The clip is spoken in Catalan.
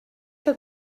que